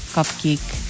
Cupcake